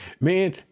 man